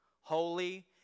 holy